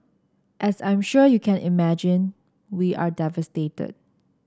as I'm sure you can imagine we are devastated